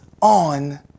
on